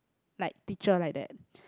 like teacher like that